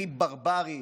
הכי ברברי